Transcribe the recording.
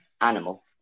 animal